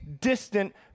distant